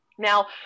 Now